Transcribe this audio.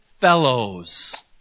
fellows